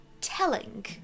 telling